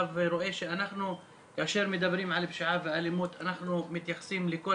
ורואה שכשאנחנו מדברים על פשיעה ואלימות אנחנו מתייחסים לכל